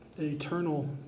Eternal